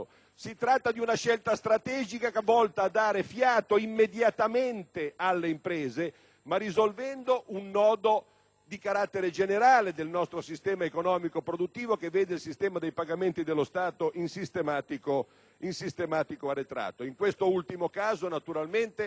Si tratta di una scelta strategica volta a dare fiato immediatamente alle imprese, risolvendo un nodo di carattere generale del nostro sistema economico e produttivo, che vede il sistema dei pagamenti dello Stato in sistematico arretrato. In quest'ultimo caso, naturalmente,